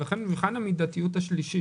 ולכן במבחן המידתיות השלישי,